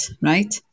right